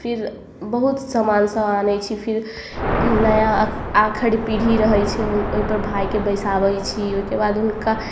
फिर बहुत समान सब आनै छी फिर नया आखैड़ पीढ़ी रहै छै ओहि पर भाइके बैसाबै छी ओहिके बाद हुनका